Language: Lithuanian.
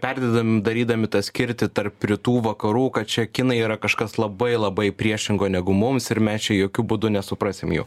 perdedam darydami tą skirtį tarp rytų vakarų kad čia kinai yra kažkas labai labai priešingo negu mums ir mes čia jokiu būdu nesuprasim jų